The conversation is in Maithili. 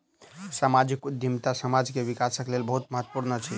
सामाजिक उद्यमिता समाज के विकासक लेल बहुत महत्वपूर्ण अछि